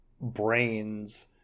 brains